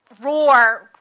roar